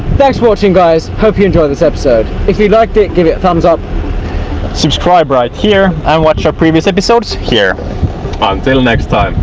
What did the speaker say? thanks for watching guys! hope you enjoyed this episode if you liked it, give it a thumbs up subscribe right here and watch our previous episodes here until next time!